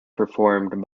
performed